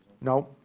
No